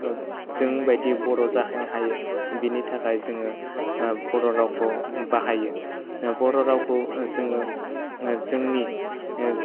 जों बायदि बर' जाहैनो हायो बिनि थाखाय जोङो बर' रावखौ बाहायो बर' रावखौ जोङो जोंनि